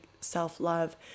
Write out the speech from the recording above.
self-love